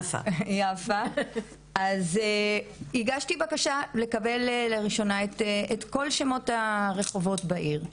אז הגשתי בקשה לקבל לראשונה את כל שמות הרחובות בעיר,